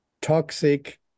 Toxic